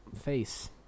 face